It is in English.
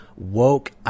woke